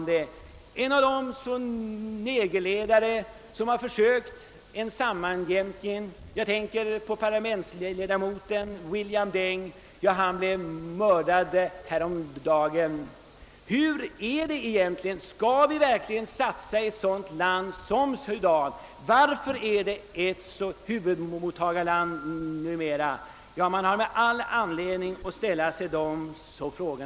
En av de negerledare som försökt få till stånd en sammanjämkning — jag syftar på parlamentsledamoten William Deng — blev mördad häromdagen. — Hur är det egentligen — skall vi verkligen satsa i ett sådant land som Sudan? Varför är det ett huvudmottagarland numera? Det finns all anledning att ställa dessa frågor.